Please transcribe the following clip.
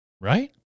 Right